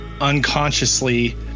unconsciously